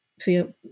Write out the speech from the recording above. feel